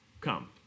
Come